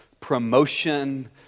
promotion